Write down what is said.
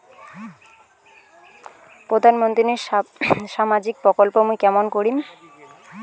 প্রধান মন্ত্রীর সামাজিক প্রকল্প মুই কেমন করিম?